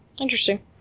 Interesting